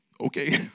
okay